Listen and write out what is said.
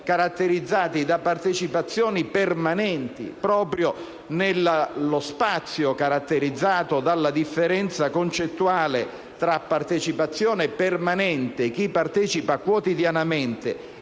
caratterizzati da partecipazioni permanenti. Proprio nello spazio caratterizzato dalla differenza concettuale tra partecipazione permanente (chi partecipa quotidianamente)